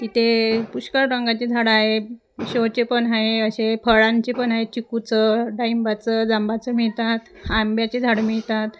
तिथे पुष्कळ रंगाचे झाड आहे शोचे पण आहे असे फळांचे पण आहे चिकूचं डाळिंबाचं जांबाचं मिळतात आंब्याचे झाड मिळतात